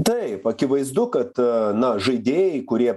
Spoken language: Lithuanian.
taip akivaizdu kad na žaidėjai kurie